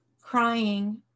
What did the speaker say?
crying